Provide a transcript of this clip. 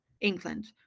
England